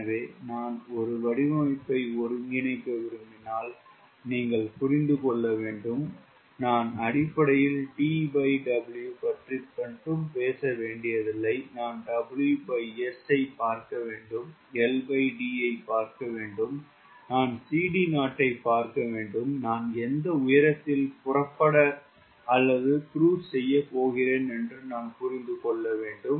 எனவே நான் ஒரு வடிவமைப்பை ஒருங்கிணைக்க விரும்பினால் நீங்கள் புரிந்துக்கொள்ளவேண்டும் நான் அடிப்படையில் TW பற்றி மட்டும் பேச வேண்டியதில்லை நான் WS ஐ பார்க்க வேண்டும் LD ஐ பார்க்க வேண்டும் நான் CD0 ஐ பார்க்க வேண்டும் நான் எந்த உயரத்தில் புறப்பட அலலது குருஸ் செய்ய போகிறேன் என்று நான் புரிந்து கொள்ளவேண்டும்